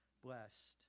blessed